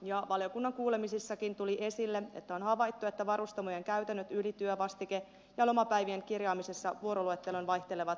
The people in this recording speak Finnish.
työsuojelutarkastuksissa valiokunnan kuulemisissakin tämä tuli esille on havaittu että varustamojen käytännöt ylityö vastike ja lomapäivien kirjaamisessa vuoroluetteloon vaihtelevat varsin suuresti